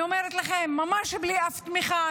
אני אומרת לכם, ממש בלי אף תמיכה.